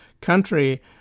country